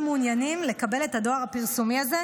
מעוניינים לקבל את הדואר הפרסומי הזה.